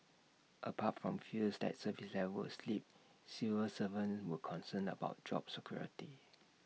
apart from fears that service levels slip civil servants were concerned about job security